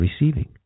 receiving